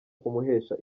kumuhesha